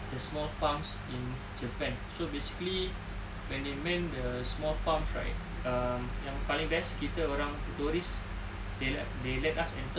the small farms in japan so basically when they mend the small farms right um yang paling best kita orang tourist they let they let us enter